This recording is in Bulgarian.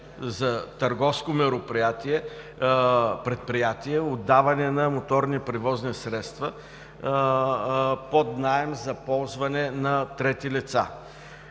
за търговско предприятие – отдаване на моторни превозни средства под наем за ползване от трети лица.